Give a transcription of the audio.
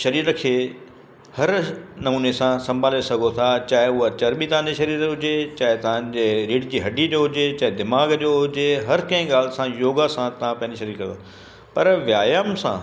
शरीर खे हर नमूने सां संभाले सघो था चाहे उहा चरिॿी तव्हांजे शरीर हुजे चाहे तव्हांजे रीड जी हॾी जो हुजे चाहे दिमाग़ जो हुजे हर कंहिं ॻाल्हि सां योगा सां तव्हां पंहिंजी शरीर कयो पर व्यायाम सां